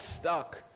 stuck